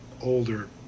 older